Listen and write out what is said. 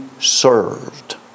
served